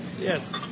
Yes